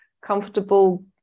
comfortable